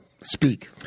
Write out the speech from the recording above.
speak